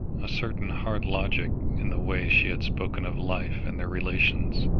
a certain hard logic in the way she had spoken of life and their relations.